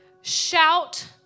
shout